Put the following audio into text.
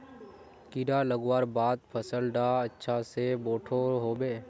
कीड़ा लगवार बाद फल डा अच्छा से बोठो होबे?